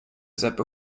zebra